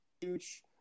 huge